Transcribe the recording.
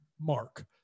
mark